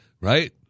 Right